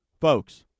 Folks